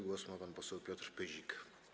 Głos na pan poseł Piotr Pyzik.